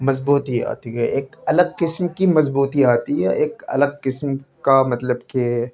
مضبوطی آتی ہے ایک الگ قسم کی مضبوطی آتی ہے ایک الگ قسم کا مطلب کہ